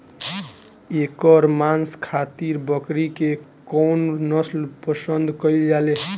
एकर मांस खातिर बकरी के कौन नस्ल पसंद कईल जाले?